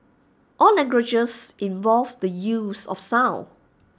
all languages involve the use of sound